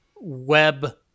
web